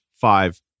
five